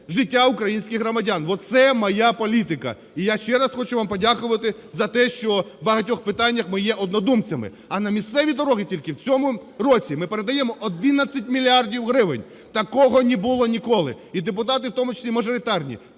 життя українських громадян, оце моя політика. І я ще раз хочу вам подякувати за те, що в багатьох питаннях ми є однодумцями, а на місцеві дороги тільки в цьому році ми передаємо 11 мільярдів гривень, такого не було ніколи. І депутати, в тому числі мажоритарні,